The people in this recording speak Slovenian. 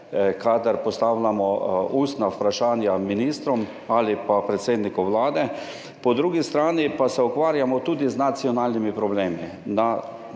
kadar postavljamo ustna vprašanja ministrom ali pa predsedniku vlade, po drugi strani pa se ukvarjamo tudi z nacionalnimi problemi